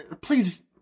please